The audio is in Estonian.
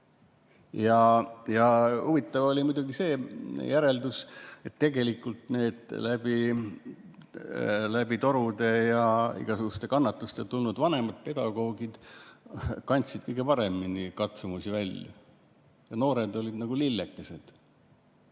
Huvitav oli muidugi see järeldus, et tegelikult need läbi torude ja igasuguste kannatuste käinud vanemad pedagoogid kandsid kõige paremini katsumusi välja. Noored olid nagu lillekesed,